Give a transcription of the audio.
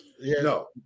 No